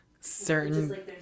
certain